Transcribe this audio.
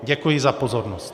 Děkuji za pozornost.